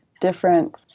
different